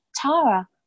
Tara